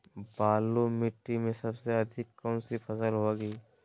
बालू मिट्टी में सबसे अधिक कौन सी फसल होगी?